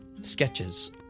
sketches